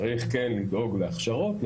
צריך כן לדאוג להכשרות,